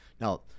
Now